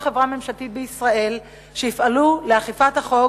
חברה ממשלתית בישראל שיפעלו לאכיפת החוק,